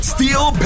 Steel